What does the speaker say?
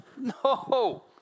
No